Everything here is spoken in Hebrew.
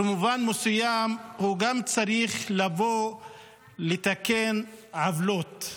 במובן מסוים, הוא גם צריך לבוא לתקן עוולות.